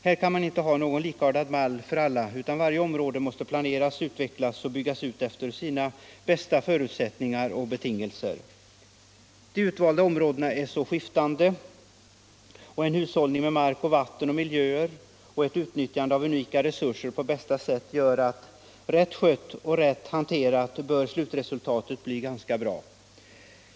Här kan man inte ha någon likartad mall för alla, utan varje område måste planeras, utvecklas och byggas ut efter sina bästa förutsättningar och betingelser. De utvalda områdena är mycket skiftande, och en riktig hushållning med mark, vatten och miljöer samt ett utnyttjande på bästa sätt av unika resurser gör att — med en rätt skötsel och hantering av områdena — slutresultatet bör bli ganska bra.